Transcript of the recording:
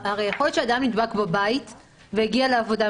הרי יכול להיות שאדם נדבק בבית והגיע לעבודה.